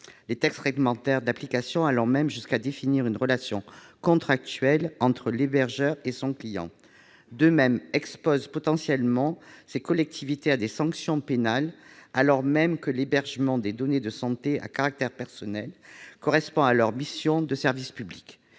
les textes réglementaires d'application allant même jusqu'à définir une relation contractuelle entre l'hébergeur et son client. De même, elle expose potentiellement ces collectivités à des sanctions pénales, alors même que l'hébergement des données de santé à caractère personnel correspond à leur mission de service public.